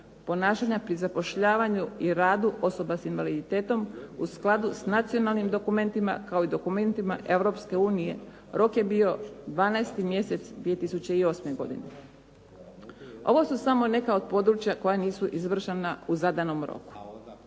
ponašanja pri zapošljavanju i radu osoba s invaliditetom u skladu s nacionalnim dokumentima, kao i dokumentima Europske unije, rok je bio 12. mjesec 2008. godine. Ovo su samo neka od područja koja nisu izvršena u zadanom roku.